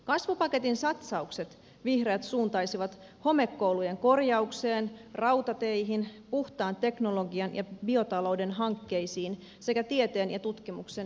kasvupaketin satsaukset vihreät suuntaisivat homekoulujen korjaukseen rautateihin puhtaan teknologian ja biotalouden hankkeisiin sekä tieteen ja tutkimuksen edistämiseen